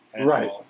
Right